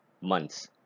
months